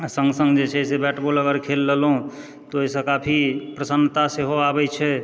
सङ्ग सङ्ग जे छै से बैट बॉल अगर खेल लेलहुँ तऽ ओहिसँ काफी प्रसन्नता सेहो आबैत छै